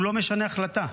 הוא לא משנה החלטה,